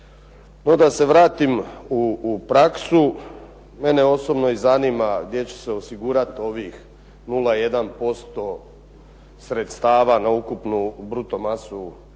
da se vratim u praksu, mene osobno i zanima gdje će se osigurati ovih 0,1% sredstava na ukupnu bruto masu